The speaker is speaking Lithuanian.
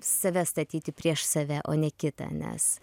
save statyti prieš save o ne kitą nes